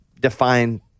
define